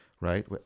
right